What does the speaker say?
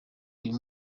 uyu